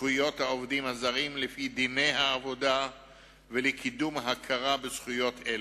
זכויות העובדים הזרים לפי דיני העבודה ולקידום הכרה בזכויות אלה.